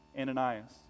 Ananias